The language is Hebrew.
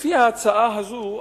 לפי ההצעה הזו,